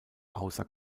ausser